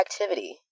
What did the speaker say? activity